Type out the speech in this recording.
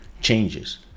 changes